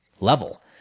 level